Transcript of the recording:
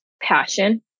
passion